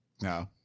No